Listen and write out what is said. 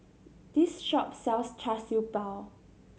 this shop sells Char Siew Bao